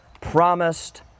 promised